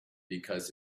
because